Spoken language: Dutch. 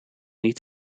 niet